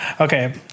Okay